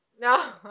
No